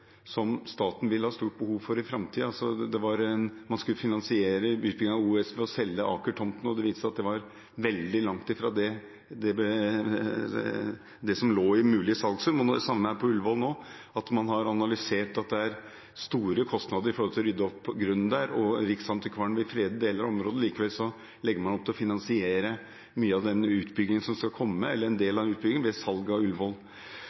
som staten vil ha stort behov for i framtiden. Man skulle finansiere utbyggingen av OUS ved å selge Aker-tomten, og det viste seg at det var veldig langt fra det som lå i en mulig salgssum. Vi ser det samme på Ullevål nå: Man har analysert at det er store kostnader knyttet til å rydde opp grunnen der, og Riksantikvaren vil frede deler av området, men likevel legger man opp til å finansiere en del av den utbyggingen ved salg av Ullevål. Så jeg vil spørre statsråden: Erfaringen med dette og erfaringen med at de analysene av